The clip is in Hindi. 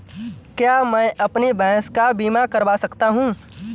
क्या मैं अपनी भैंस का बीमा करवा सकता हूँ?